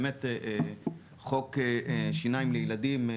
באמת חוק שיניים לילדים,